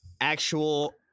actual